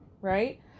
Right